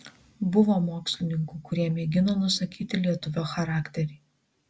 buvo mokslininkų kurie mėgino nusakyti lietuvio charakterį